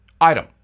Item